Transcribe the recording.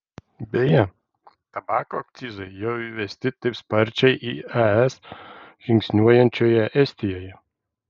beje tabako akcizai jau įvesti taip sparčiai į es žingsniuojančioje estijoje